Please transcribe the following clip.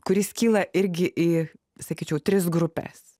kuris skyla irgi į sakyčiau tris grupes